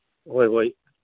ꯍꯣꯏ ꯍꯣꯏ